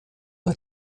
bei